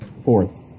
Fourth